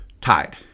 tied